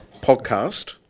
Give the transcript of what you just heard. podcast